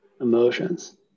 emotions